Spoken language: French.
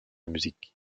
musique